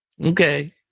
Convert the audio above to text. Okay